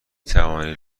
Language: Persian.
توانید